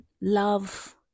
love